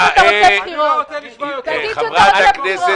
אני לא רוצה בחירות,